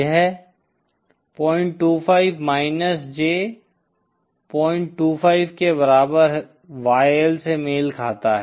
यह 25 minus J25 के बराबर YL से मेल खाता है